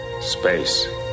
Space